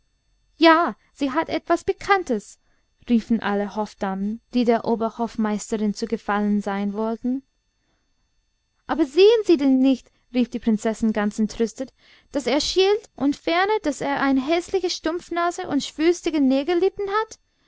ja sie hat etwas pikantes riefen alle hofdamen die der oberhofmeisterin zu gefallen sein wollten aber sehen sie denn nicht rief die prinzessin ganz entrüstet daß er schielt und ferner daß er eine häßliche stumpfnase und schwülstige negerlippen hat